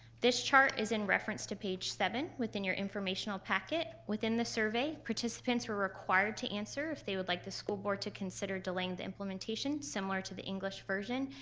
this chart is in reference to page seven within your informational packet. within the survey, participants were required to answer if they would like the school board to consider delaying the implementation similar to the english version.